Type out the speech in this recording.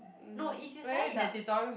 no if you study in the tutorial